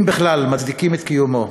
אם בכלל, מצדיקים את קיומו.